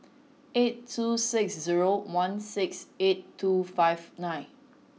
eight two six zero one six eight two five nine